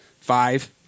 five